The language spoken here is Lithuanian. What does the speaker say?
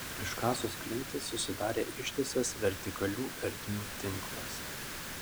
iškasus klintis susidarė ištisas vertikalių ertmių tinklas